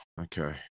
okay